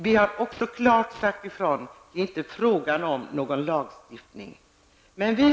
Vi har klart sagt ifrån att det inte är fråga om någon lagstiftning.